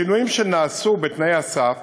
השינויים שנעשו בתנאי הסף